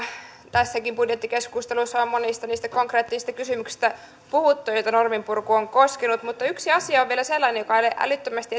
tässäkin budjettikeskustelussa on monista niistä konkreettisista kysymyksistä puhuttu joita norminpurku on koskenut mutta yksi asia on vielä sellainen joka ei ole älyttömästi